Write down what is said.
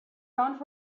found